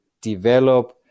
develop